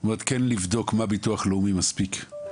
זאת אומרת כן לבדוק מה ביטוח לאומי מספיק.